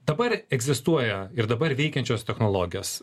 dabar egzistuoja ir dabar veikiančios technologijos